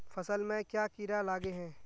फसल में क्याँ कीड़ा लागे है?